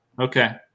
okay